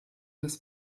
des